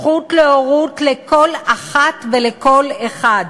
זכות להורות לכל אחת ולכל אחד,